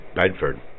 Bedford